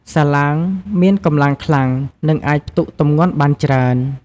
សាឡាងមានកម្លាំងខ្លាំង និងអាចផ្ទុកទម្ងន់បានច្រើន។